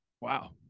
Wow